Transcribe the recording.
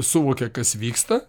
suvokia kas vyksta